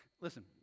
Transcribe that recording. Listen